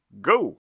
go